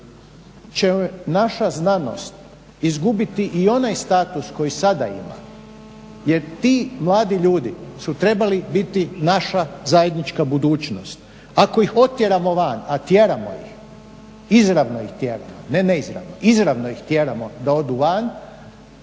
će naša znanost izgubiti i onaj status koji sada ima. Jer ti mladi ljudi su trebali biti naša zajednička budućnost. Ako ih otjeramo van, a tjeramo ih, izravno ih tjeramo, ne neizravno. Izravno ih tjeramo da odu van